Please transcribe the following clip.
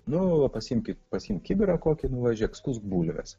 nu pasiimk pasiimk kibirą kokį nu va žiūrėk skusk bulves